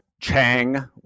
Chang